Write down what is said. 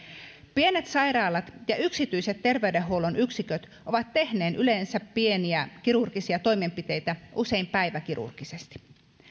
pienet sairaalat ja yksityiset terveydenhuollon yksiköt ovat tehneet yleensä pieniä kirurgisia toimenpiteitä usein päiväkirurgisesti